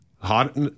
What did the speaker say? Hot